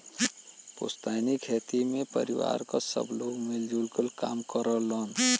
पुस्तैनी खेती में परिवार क सब लोग मिल जुल क काम करलन